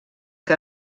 que